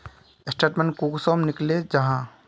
Statement कुंसम निकले जाहा?